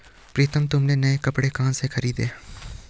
प्रितम तुमने नए कपड़े कहां से खरीदें?